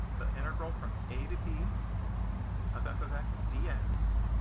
the integral from a to b of f of x dx